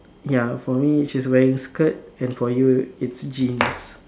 ya for me she's wearing skirt and for you it's jeans